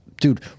dude